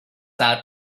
out